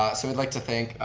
ah so we'd like to thank,